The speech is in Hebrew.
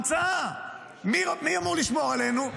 המצאה, מי אמור לשמור עלינו?